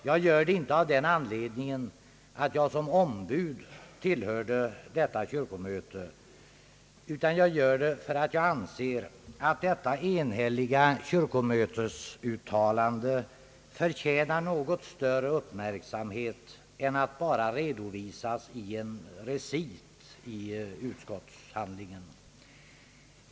Jag gör det inte av den anledningen att jag som ombud deltog i detta kyrkomöte, utan jag gör det för att jag anser att detta enhälliga kyrkomötesuttalande förtjänar något större uppmärksamhet än att bara redovisas i en recit i utskottsbehandlingen.